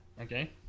Okay